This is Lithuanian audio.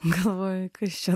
galvoju kas čia